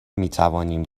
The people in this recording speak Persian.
میتوانیم